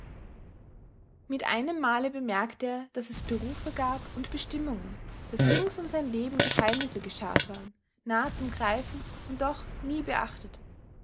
mit einem male bemerkte er daß es berufe gab und bestimmungen daß rings um sein leben geheimnisse geschart waren nah zum greifen und doch nie beachtet